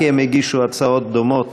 כי הם הגישו הצעות דומות